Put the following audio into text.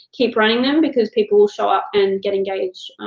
keep running them, because people will show up and get engaged.